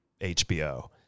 HBO